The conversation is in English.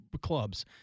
clubs